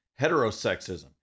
heterosexism